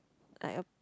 I